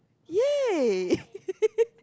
yay